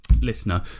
Listener